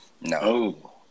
No